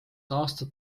aastat